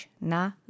na